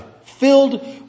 filled